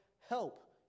help